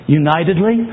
unitedly